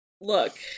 Look